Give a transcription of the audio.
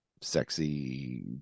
sexy